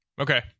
Okay